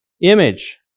image